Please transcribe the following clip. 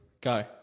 Go